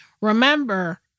Remember